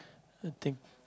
I think